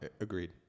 Agreed